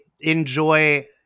enjoy